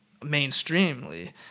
mainstreamly